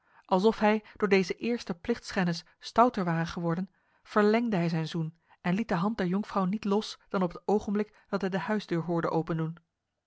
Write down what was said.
alsof hij door deze eerste plichtschennis stouter ware geworden verlengde hij zijn zoen en liet de hand der jonkvrouw niet los dan op het ogenblik dat hij de huisdeur hoorde opendoen